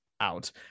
out